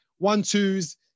One-twos